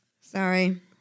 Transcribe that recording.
sorry